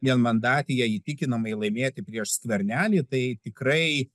vienmandatėje įtikinamai laimėti prieš skvernelį tai tikrai